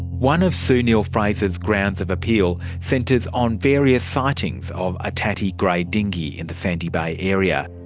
one of sue neill-fraser's grounds of appeal centres on various sightings of a tatty grey dinghy in the sandy bay area.